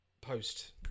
Post